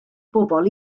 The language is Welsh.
bobl